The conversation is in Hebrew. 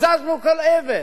הזזנו כל אבן,